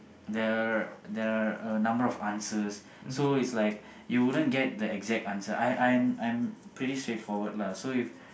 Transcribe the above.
there are there are a number of answers so it's like you wouldn't get the exact answer I I am I am pretty straightforward lah so if